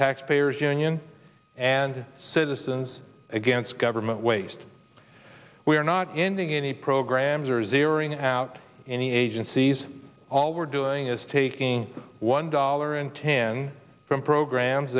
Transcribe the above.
taxpayers union and citizens against government waste we are not ending any programs or zeroing out any agencies all we're doing is taking one dollar and ten from programs